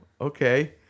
okay